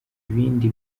ibindi